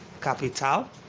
capital